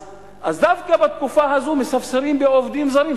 אז דווקא בתקופה הזאת מספסרים בעובדים זרים,